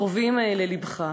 קרובים ללבך.